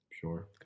Sure